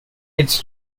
its